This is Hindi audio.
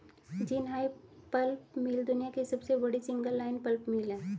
जिनहाई पल्प मिल दुनिया की सबसे बड़ी सिंगल लाइन पल्प मिल है